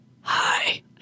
Hi